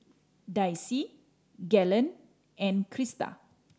Daisye Galen and Krysta